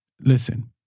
listen